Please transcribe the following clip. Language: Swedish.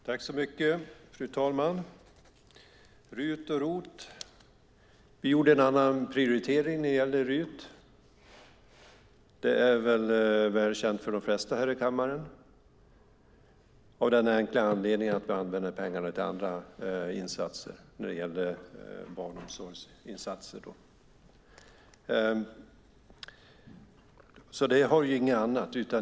Fru talman! Låt mig börja med RUT och ROT. Vi har gjort en annan prioritering när det gäller RUT, vilket nog är väl känt för de flesta i kammaren, av den enkla anledningen att vi använder pengarna till andra insatser, till insatser i barnomsorgen. Det har inte att göra med någonting annat.